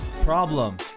problem